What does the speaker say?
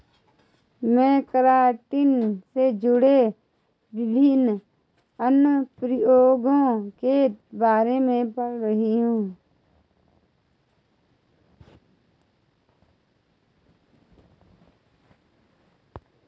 मैं केराटिन से जुड़े विभिन्न अनुप्रयोगों के बारे में पढ़ रही हूं